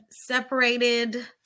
separated